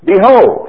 Behold